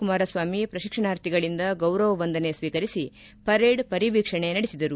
ಕುಮಾರಸ್ವಾಮಿ ಪ್ರಶಿಕ್ಷಣಾರ್ಥಿಗಳಿಂದ ಗೌರವ ವಂದನೆ ಸ್ತೀಕರಿಸಿ ಪರೇಡ್ ಪರಿವೀಕ್ಷಣೆ ನಡೆಸಿದರು